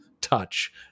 touch